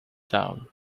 down